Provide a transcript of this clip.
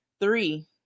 three